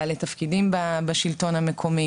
בעלי תפקידים בשלטון המקומי,